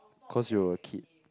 cause you were a kid